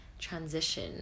transition